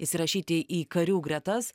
įsirašyti į karių gretas